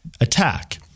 attack